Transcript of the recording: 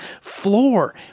floor